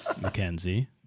Mackenzie